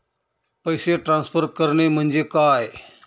पैसे ट्रान्सफर करणे म्हणजे काय?